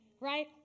right